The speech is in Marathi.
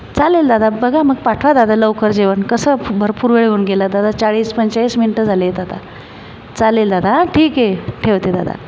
चालेल दादा बघा मग पाठवा दादा लवकर जेवण कसं भरपूर वेळ होऊन गेला दादा चाळीस पंचेचाळीस मिनिटं झाली आहे दादा चालेल दादा हो ठीक आहे ठेवते दादा